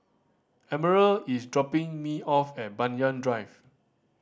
Emerald is dropping me off at Banyan Drive